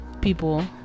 people